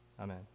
Amen